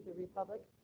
republic.